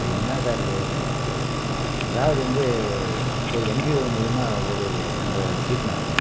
இப்போ என்ன சார் அதாவது வந்து இப்போ என்ஜிஓ மூலயமா ஒரு நம்ப சீட்டு நடத்தினோம்